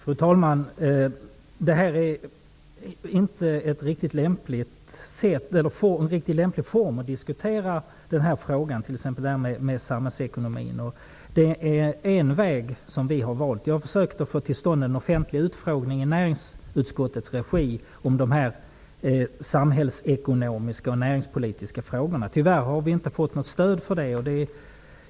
Fru talman! Detta är inte en riktigt lämplig form för att diskutera den här frågan, t.ex. detta med samhällsekonomin, men det är en väg som vi har valt. Jag har försökt att få till stånd en offentlig utfrågning om de samhällsekonomiska och näringspolitiska frågorna i näringsutskottets regi. Tyvärr har vi inte fått något stöd för det.